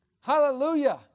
Hallelujah